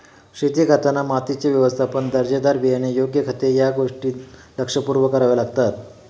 शेती करताना मातीचे व्यवस्थापन, दर्जेदार बियाणे, योग्य खते या गोष्टी लक्षपूर्वक कराव्या लागतात